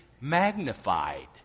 magnified